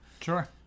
Sure